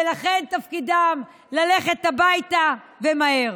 ולכן תפקידם ללכת הביתה ומהר.